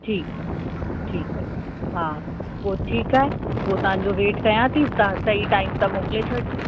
ठीकु आहे ठीकु आहे हा पोइ ठीकु आहे पोइ तव्हांजो रेट कयां थी तव्हां सही टाइम ते मोकिले छॾिजो